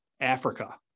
Africa